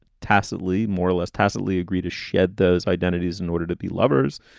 tacitly, more or less tacitly agree to shed those identities in order to be lovers.